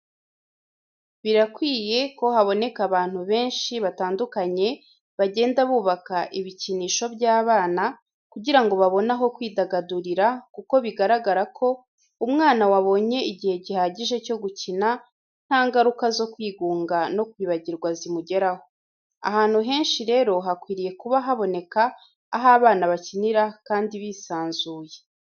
Birakwiye ko haboneka abantu benshi batandukanye bagenda bubaka ibikinisho by'abana kugira ngo babone aho kwidagadurira kuko bigaragara ko umwana wabonye igihe gihagije cyo gukina nta nvaruka zo kwigunga no kwibagirwa zimugeraho. Ahantu henshi rero hakwiriye kuba haboneka aho abana bakinira kandi bisanzuye.